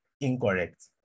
incorrect